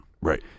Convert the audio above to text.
Right